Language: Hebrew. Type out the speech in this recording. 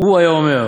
הוא היה אומר: